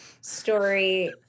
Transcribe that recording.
Story